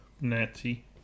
Nazi